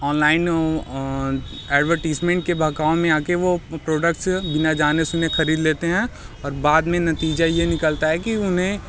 online advertisement के बहकावे में आके वो प्रोडक्ट्स बिना जाने सुने खरीद लेते हैं और बाद में नतीजा ये निकलता है कि उन्हें